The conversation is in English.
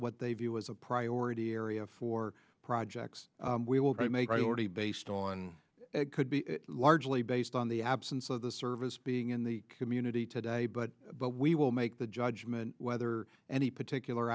what they view as a priority area for projects we will make right already based on it could be largely based on the absence of the service being in the community today but we will the judgment whether any particular